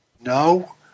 No